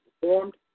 performed